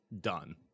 Done